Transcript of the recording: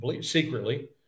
secretly –